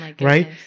right